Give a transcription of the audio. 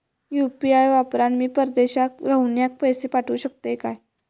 UPI वापरान मी परदेशाक रव्हनाऱ्याक पैशे पाठवु शकतय काय?